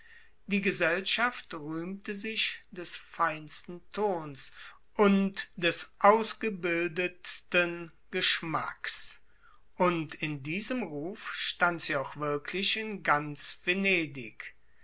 die gesellschaft rühmte sich des feinsten tons und des ausgebildetsten geschmacks und in diesem rufe stand sie auch wirklich in ganz venedig